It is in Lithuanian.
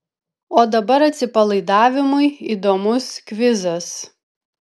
o dabar atsipalaidavimui įdomus kvizas